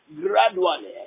gradually